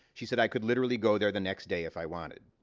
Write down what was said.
she said, i could literally go there the next day if i wanted.